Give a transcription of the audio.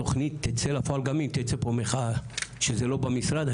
התוכנית תצא לפועל גם אם תצא פה מחאה שזה לא במשרד,